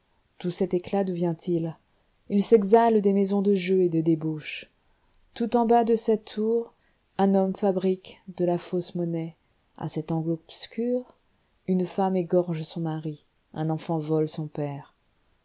tout cet éclat d'où vient-il il s'exhale des maisons de jeu et de débauche tout au bas de cette tour un homme fabrique de la fausse monnaie à cet angle obscur une femme égorge son mari un enfant vole son père